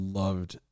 loved